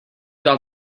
got